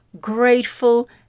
grateful